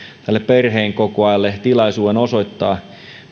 perheenkokoajalle tilaisuuden osoittaa